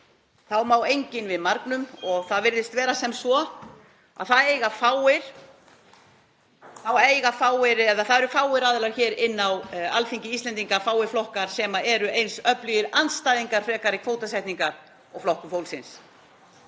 má enginn við margnum og það virðist vera sem svo að það séu fáir aðilar hér inni á Alþingi Íslendinga, fáir flokkar sem eru eins öflugir andstæðingar frekari kvótasetningar og Flokkur fólksins.